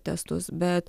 testus bet